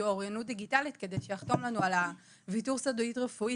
אוריינות דיגיטלית כדי לחתום לנו על ויתור סודיות רפואית